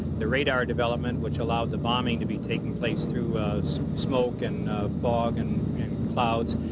the radar development, which allowed the bombing to be taking place through smoke and fog and clouds,